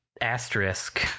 asterisk